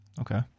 Okay